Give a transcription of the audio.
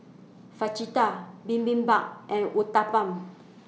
Fajitas Bibimbap and Uthapam